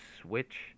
switch